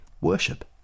worship